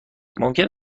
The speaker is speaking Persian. ممکن